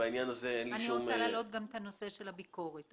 אני רוצה להעלות גם את הנושא של הביקורת.